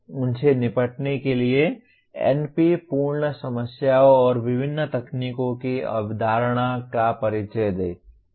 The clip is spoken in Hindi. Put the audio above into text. उनसे निपटने के लिए NP पूर्ण समस्याओं और विभिन्न तकनीकों की अवधारणा का परिचय दें